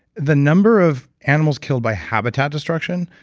the number of animals killed by habitat destruction,